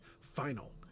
final